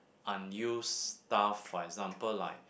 unused stuff for example like